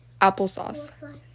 applesauce